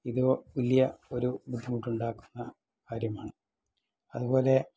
ഇത് വലിയ ഒരു ബുദ്ധിമുട്ടുണ്ടാക്കുന്ന കാര്യമാണ് അതുപോലെ